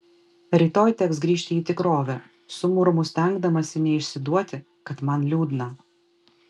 rytoj teks grįžti į tikrovę sumurmu stengdamasi neišsiduoti kad man liūdna